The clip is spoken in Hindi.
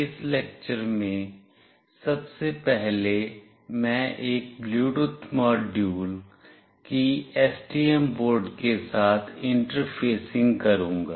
इस लेक्चर में सबसे पहले मैं एक ब्लूटूथ मॉड्यूल की STM बोर्ड के साथ इंटरफेसिंग करूंगा